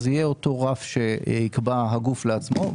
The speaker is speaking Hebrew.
יהיה אותו רף שיקבע הגוף לעצמו,